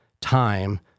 time